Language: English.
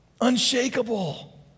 Unshakable